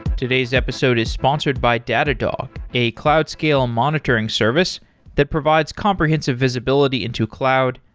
today's episode is sponsored by datadog, a cloud scale monitoring service that provides comprehensive visibility into cloud,